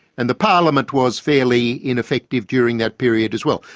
and the parliament was fairly ineffective during that period as well.